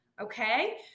okay